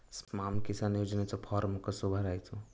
स्माम किसान योजनेचो फॉर्म कसो भरायचो?